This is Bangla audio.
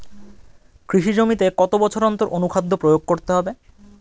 কৃষি জমিতে কত বছর অন্তর অনুখাদ্য প্রয়োগ করতে হবে?